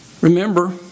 Remember